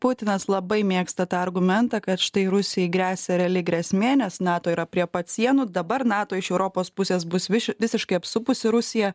putinas labai mėgsta tą argumentą kad štai rusijai gresia reali grėsmė nes nato yra prie pat sienų dabar nato iš europos pusės bus viš visiškai apsupusi rusiją